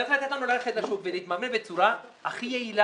צריך לתת להם אולי להתממן בצורה הכי יעילה